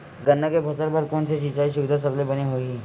गन्ना के फसल बर कोन से सिचाई सुविधा सबले बने होही?